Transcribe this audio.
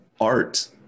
art